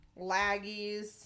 Laggies